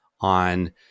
on